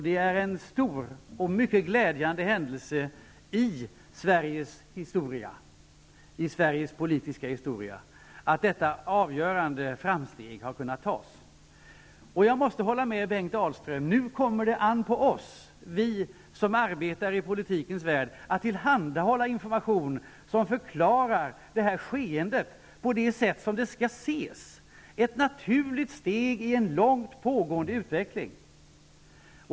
Det är en stor och mycket glädjande händelse i Sveriges politiska historia att detta avgörande framsteg kunnat nås. Jag måste hålla med Bengt Dalström: Nu kommer det an på oss som arbetar i politikens värld, att tillhandahålla information som förklarar detta skeende på det sätt som det skall ses, nämligen som ett naturligt steg i en sedan länge pågående utveckling.